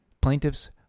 Plaintiff's